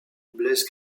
blesse